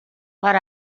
but